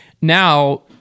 Now